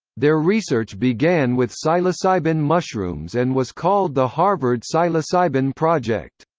their research began with psilocybin mushrooms and was called the harvard psilocybin project.